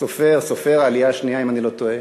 סופר העלייה השנייה, אם אני לא טועה,